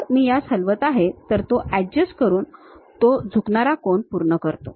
जर मी यास हलवत आहे तर तो अँडजस्ट करून तो झुकणारा कोन पूर्ण करतो